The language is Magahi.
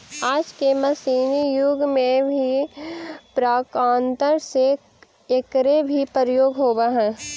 आज के मशीनी युग में भी प्रकारान्तर से एकरे ही प्रयोग होवऽ हई